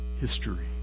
history